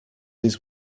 his